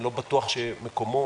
אני לא בטוח שמקומו